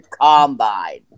Combine